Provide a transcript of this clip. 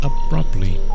abruptly